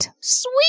sweet